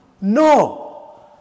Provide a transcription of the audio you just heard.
No